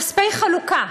כספי חלוקה.